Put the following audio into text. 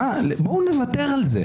בואו נוותר על זה.